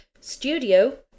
studio